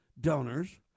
donors